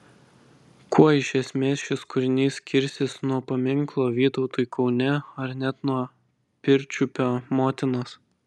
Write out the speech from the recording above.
kuo iš esmės šis kūrinys skirsis nuo paminklo vytautui kaune ar net nuo pirčiupio motinos